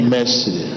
Mercy